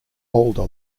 older